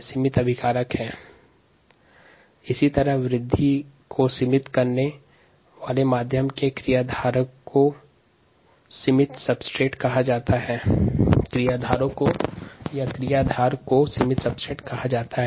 माध्यम में वृद्धि को सीमित करने वाले क्रियाधार को सीमित क्रियाधार कहा जाता है